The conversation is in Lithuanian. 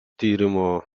tyrimo